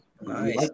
Nice